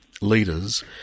leaders